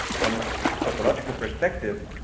from a topological perspective,